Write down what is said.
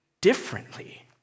differently